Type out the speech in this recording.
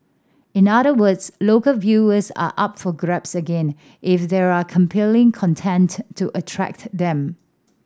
in other words local viewers are up for grabs again if there are compelling content to attract them